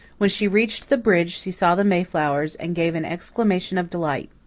when she reached the bridge she saw the mayflowers and gave an exclamation of delight.